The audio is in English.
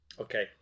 Okay